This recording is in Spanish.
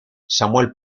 samuel